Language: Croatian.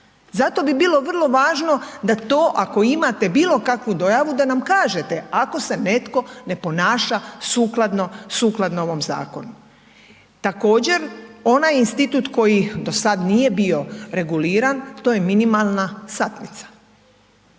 Zato bi bilo vrlo važno da to ako imate bilo kakvu dojavu da nam kažete ako se netko ne ponaša sukladno ovom zakonu. Također onaj institut koji do sada nije bio reguliran to je minimalna satnica,